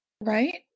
Right